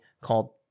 called